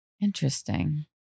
Interesting